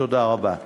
תודה רבה.